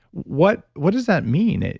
what what does that mean,